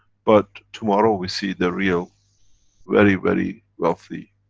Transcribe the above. but tomorrow we see the real very, very wealthy,